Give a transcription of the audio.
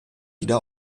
wieder